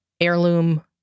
heirloom